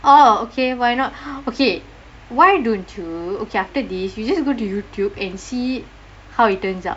orh okay why not okay why don't you okay after this you just go to YouTube and see how it turns out